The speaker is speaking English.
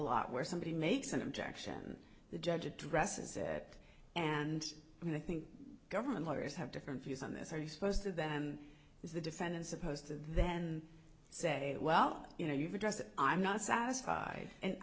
lot where somebody makes an objection the judge addresses it and i think government lawyers have different views on this are you supposed to them is the defendant supposed to then say well you know you've addressed it i'm not satisfied and